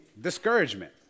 discouragement